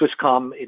Swisscom